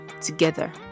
together